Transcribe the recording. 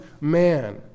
man